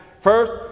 First